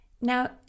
Now